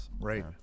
right